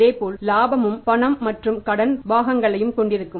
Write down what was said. அதேபோல் இலாபமும் பணம் மற்றும் கடன் பாகங்களையும் கொண்டிருக்கும்